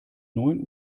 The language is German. neun